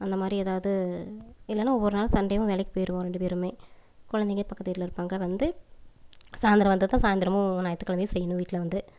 அந்த மாதிரி எதாவது இல்லைனா ஒவ்வொரு நாள் சண்டேவும் வேலைக்கு போயிடுவோம் ரெண்டு பேருமே குழந்தைங்க பக்கத்து வீட்டில் இருப்பாங்க வந்து சாய்ந்திரம் வந்ததும் சாய்ந்திரமு ஞாயிற்று கிழமையும் செய்யணும் வீட்டில் வந்து